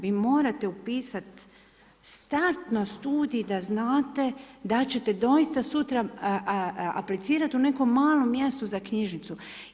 Vi morate upisati startno studij da znate da ćete doista sutra aplicirati u nekom malom mjestu za knjižnicu.